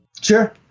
Sure